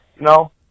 no